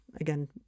again